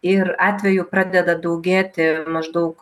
ir atvejų pradeda daugėti maždaug